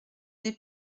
des